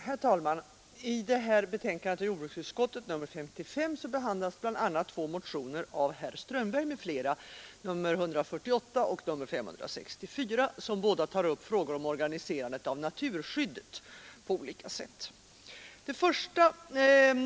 Herr talman! I jordbruksutskottets betänkande nr 55 behandlas bl.a. organiserandet av naturskyddet på olika sätt.